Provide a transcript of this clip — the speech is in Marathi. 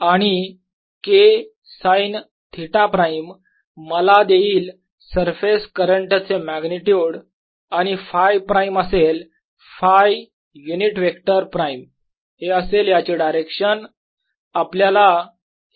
आणि K साईन थिटा प्राईम मला देईल सरफेस करंट चे मॅग्निट्युड आणि Φ प्राईम असेल Φ युनिट वेक्टर प्राईम असेल याची डायरेक्शन आपल्याला हे कॅल्क्युलेट करायचे आहे